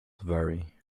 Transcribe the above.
vary